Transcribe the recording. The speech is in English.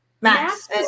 Max